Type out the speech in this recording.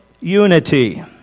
unity